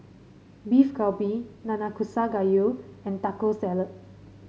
Beef Galbi Nanakusa Gayu and Taco Salad